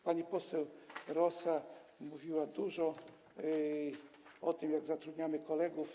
Pani poseł Rosa mówiła dużo o tym, jak zatrudniamy kolegów.